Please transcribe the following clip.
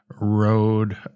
road